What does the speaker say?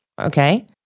okay